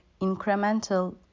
incremental